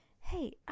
hey